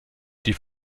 die